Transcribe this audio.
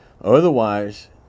Otherwise